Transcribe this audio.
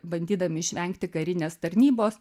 bandydami išvengti karinės tarnybos